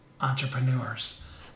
entrepreneurs